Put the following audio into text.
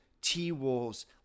T-Wolves